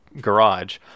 garage